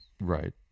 Right